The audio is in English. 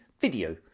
video